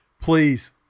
Please